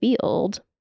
field